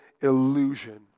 illusion